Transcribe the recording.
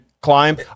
climb